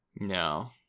no